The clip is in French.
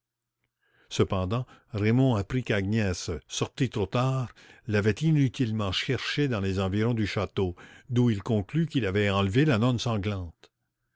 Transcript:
cependant raymond apprit qu'agnès sortie trop tard l'avait inutilement cherché dans les environs du château d'où il conclut qu'il avait enlevé la nonne sanglante